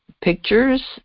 pictures